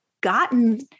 gotten